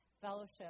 fellowship